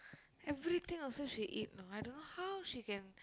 everything also she eat know I don't know how she can